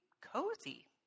cozy